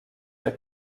der